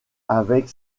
avec